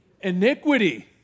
iniquity